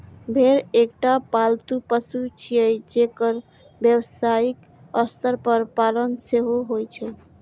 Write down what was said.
भेड़ एकटा पालतू पशु छियै, जेकर व्यावसायिक स्तर पर पालन सेहो होइ छै